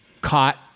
caught